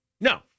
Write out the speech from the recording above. No